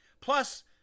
Plus